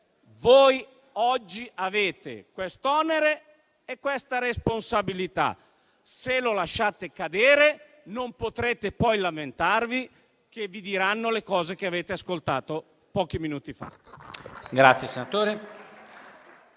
voi oggi avete questo onere e questa responsabilità. Se lo lasciate cadere, non potrete poi lamentarvi se vi diranno le cose che avete ascoltato pochi minuti fa.